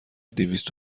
دویست